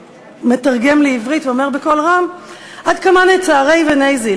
מתרגם מעברית ואומר בקול רם: עד כמה נצעריה וניזיל?